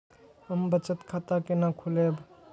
हम बचत खाता केना खोलैब?